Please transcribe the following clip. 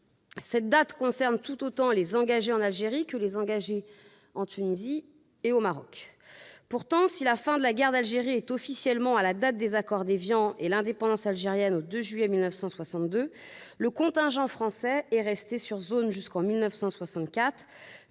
Cette date concerne les engagés en Algérie comme en Tunisie et au Maroc. Pourtant, si la fin de la guerre d'Algérie est officiellement fixée à la signature des accords d'Évian et l'indépendance algérienne au 2 juillet 1962, le contingent français est resté sur zone jusqu'en 1964.